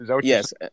yes